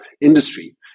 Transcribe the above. industry